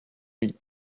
lui